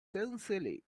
sincerely